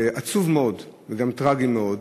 ועצוב מאוד וגם טרגי מאוד